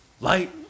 light